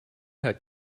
had